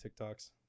TikToks